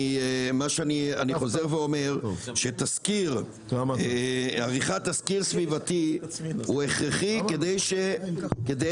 אני חוזר ואומר שעריכת תסקיר סביבתי היא הכרחית כדי